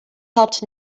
helped